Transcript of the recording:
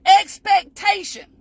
expectation